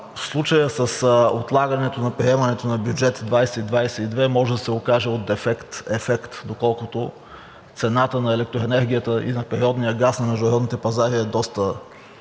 случая с отлагането на приемането на бюджет 2022 може да се окаже от дефект – ефект, доколкото цената на електроенергията и на природния газ на международните пазари е доста